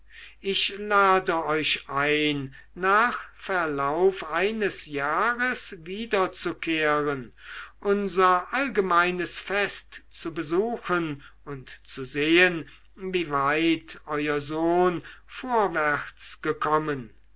ich lade euch ein nach verlauf eines jahres wiederzukehren unser allgemeines fest zu besuchen und zu sehen wie weit euer sohn vorwärts gekommen